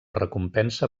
recompensa